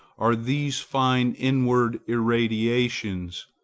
are these fine inward irradiations.